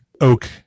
oak